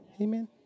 amen